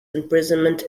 imprisonment